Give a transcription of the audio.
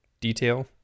detail